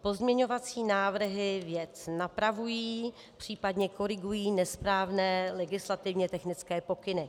Pozměňovací návrhy věc napravují, případně korigují nesprávné legislativně technické pokyny.